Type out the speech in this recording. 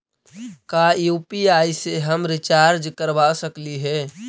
का यु.पी.आई से हम रिचार्ज करवा सकली हे?